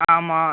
ஆமாம்